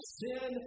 sin